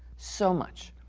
so much.